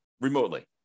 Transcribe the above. remotely